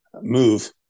move